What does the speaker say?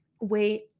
Wait